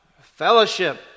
Fellowship